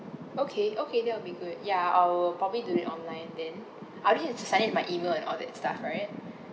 okay okay that will be good ya I will probably do it online then I'll need to to sign in my email and all that stuff right